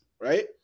right